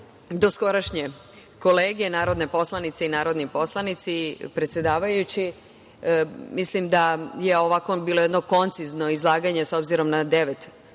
doskorašnje kolege, narodne poslanice, narodni poslanici, predsedavajući, mislim da je ovako bilo jedno koncizno izlaganje s obzirom na devet tačaka